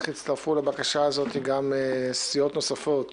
ואחר כך הצטרפו לבקשה הזאת גם סיעות נוספות